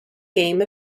game